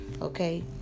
Okay